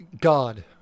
God